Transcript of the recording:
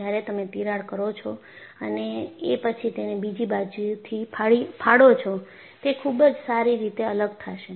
જ્યારે તમે તિરાડ કરો છો અને એ પછી તેને બીજી બાજુથી ફાડો છો તે ખૂબ જ સારી રીતે અલગ થાશે